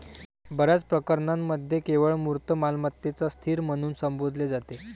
बर्याच प्रकरणांमध्ये केवळ मूर्त मालमत्तेलाच स्थिर म्हणून संबोधले जाते